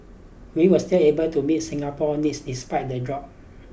we will still able to meet Singapore needs despite the drop